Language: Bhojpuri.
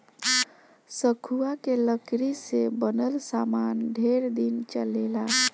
सखुआ के लकड़ी से बनल सामान ढेर दिन चलेला